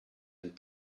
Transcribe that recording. and